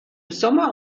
sommer